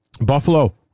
Buffalo